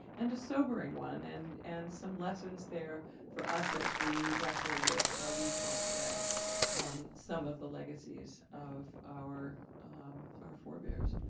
and a sobering one, and and some lessons there for us as we wrestle with how we talk about some of the legacies of our our forebears.